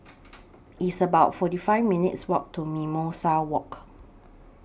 It's about forty five minutes' Walk to Mimosa Walk